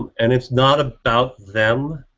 and it's not about them.